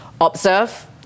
observe